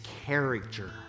character